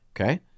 okay